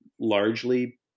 largely